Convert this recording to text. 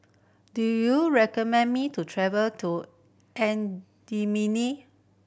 do you recommend me to travel to N